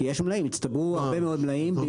כי הצטברו הרבה מאוד מלאים,